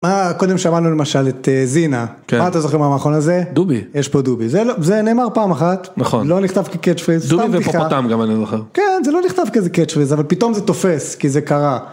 מה קודם שמענו למשל את זינה מה אתה זוכר מה האחרון הזה? דובי יש פה דובי זה לא זה נאמר פעם אחת נכון לא נכתב קטש פיס אבל פתאום זה תופס כי זה קרה.